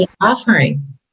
offering